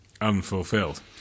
unfulfilled